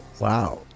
Wow